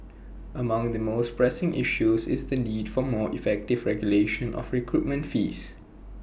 among the most pressing issues is the need for more effective regulation of recruitment fees